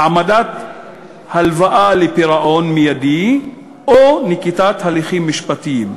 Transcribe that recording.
העמדת הלוואה לפירעון מיידי או נקיטת הליכים משפטיים,